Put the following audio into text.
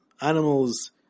animals